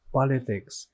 politics